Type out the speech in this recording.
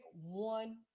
one